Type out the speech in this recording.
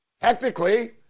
technically